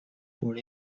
por